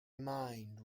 mind